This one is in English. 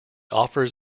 offers